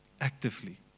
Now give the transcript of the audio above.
Actively